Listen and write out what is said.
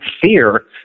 fear